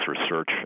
research